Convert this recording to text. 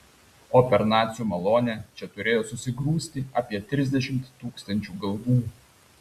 o per nacių malonę čia turėjo susigrūsti apie trisdešimt tūkstančių galvų